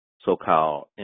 so-called